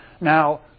Now